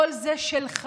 כל זה שלך.